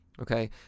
okay